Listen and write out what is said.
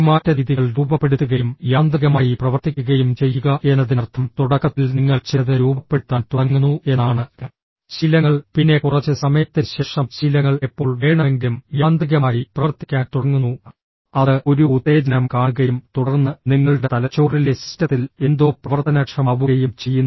പെരുമാറ്റ രീതികൾ രൂപപ്പെടുത്തുകയും യാന്ത്രികമായി പ്രവർത്തിക്കുകയും ചെയ്യുക എന്നതിനർത്ഥം തുടക്കത്തിൽ നിങ്ങൾ ചിലത് രൂപപ്പെടുത്താൻ തുടങ്ങുന്നു എന്നാണ് ശീലങ്ങൾ പിന്നെ കുറച്ച് സമയത്തിന് ശേഷം ശീലങ്ങൾ എപ്പോൾ വേണമെങ്കിലും യാന്ത്രികമായി പ്രവർത്തിക്കാൻ തുടങ്ങുന്നു അത് ഒരു ഉത്തേജനം കാണുകയും തുടർന്ന് നിങ്ങളുടെ തലച്ചോറിലെ സിസ്റ്റത്തിൽ എന്തോ പ്രവർത്തനക്ഷമമാവുകയും ചെയ്യുന്നു